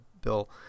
Bill